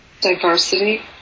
diversity